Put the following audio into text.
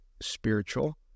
spiritual